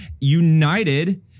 united